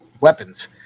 weapons